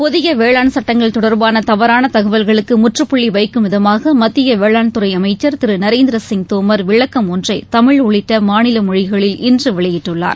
புதிய வேளாண் சட்டங்கள் தொடர்பாள தவறான தகவல்களுக்கு முற்றுப்புள்ளி வைக்கும் விதமாக மத்திய வேளாண்துறை அமைச்சர் திரு நரேந்திர சிங் தோமர் விளக்கம் ஒன்றை தமிழ் உள்ளிட்ட மாநில மொழிகளில் இன்று வெளியிட்டுள்ளார்